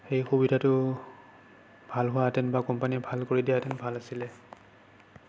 সেই সুবিধাটো ভাল হোৱাহেতেন বা কোম্পানিয়ে ভাল কৰি দিয়াহেতেন ভাল আছিলে